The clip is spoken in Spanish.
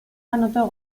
anotó